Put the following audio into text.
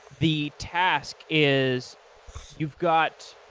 the task is you've got,